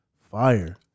Fire